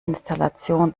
installation